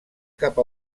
cap